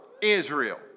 Israel